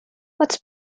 what’s